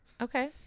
Okay